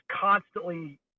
constantly